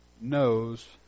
knows